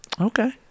Okay